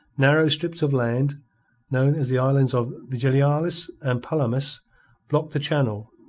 narrow strips of land known as the islands of vigilias and palomas block the channel,